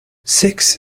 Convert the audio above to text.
six